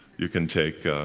you can take